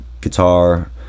guitar